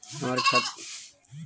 हमर खतवा बंद है कैसे चालु करवाई?